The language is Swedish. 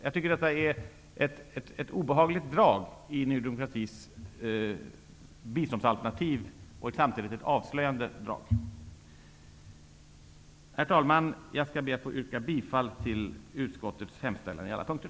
Jag tycker att detta är ett obehagligt och samtidigt avslöjande drag i Ny demokratis biståndsalternativ. Herr talman! Jag yrkar bifall till utskottets hemställan på samtliga punkter.